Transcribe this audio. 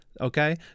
Okay